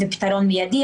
ופתרון מיידי.